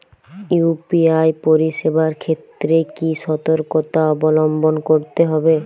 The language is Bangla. ইউ.পি.আই পরিসেবার ক্ষেত্রে কি সতর্কতা অবলম্বন করতে হবে?